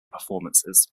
performances